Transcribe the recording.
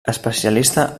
especialista